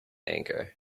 anger